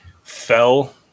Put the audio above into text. fell